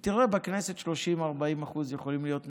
ותראה, בכנסת 30% 40% יכולות להיות נשים,